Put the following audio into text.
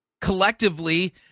Collectively